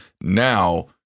now